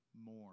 more